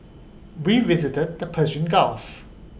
we visited the Persian gulf